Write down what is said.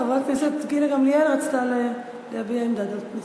חברת הכנסת גילה גמליאל רצתה להביע עמדה נוספת.